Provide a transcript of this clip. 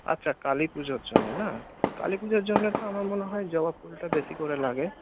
আচ্ছা কালীপুজোর জন্যে না কালীপুজোর জন্যে তো আমার মনে হয় জবা ফুলটা বেশী করে লাগে